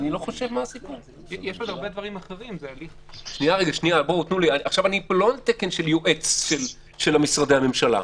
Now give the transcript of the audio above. אני לא פה עכשיו על תקן של יועץ של משרדי הממשלה,